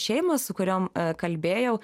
šeimos su kuriom kalbėjau